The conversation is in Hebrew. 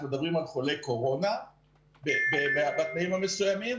מדברים על חולה קורונה בתנאים המסוימים,